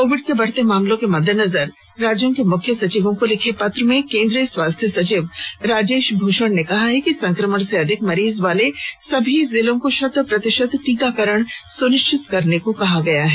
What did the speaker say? Covid के बढ़ते मामलों के मद्देनजर राज्यों के मुख्य सचिवों को लिखे पत्र में केन्द्रीय स्वास्थ्य सचिव राजेश भूषण ने कहा है कि संक्रमण के अधिक मरीज वाले सभी जिलों को शतप्रतिशत टीकाकरण सुनिश्चित करने को भी कहा गया है